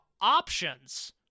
options